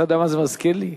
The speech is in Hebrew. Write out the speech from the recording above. אתה יודע מה זה מזכיר לי?